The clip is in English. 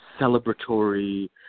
celebratory